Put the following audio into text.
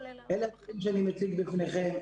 אלה הדברים שאני מציג בפניכם.